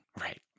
Right